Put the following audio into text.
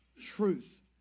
truth